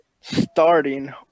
starting